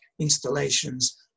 installations